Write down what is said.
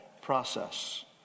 process